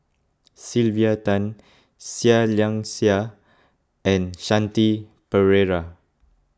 Sylvia Tan Seah Liang Seah and Shanti Pereira